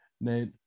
Nate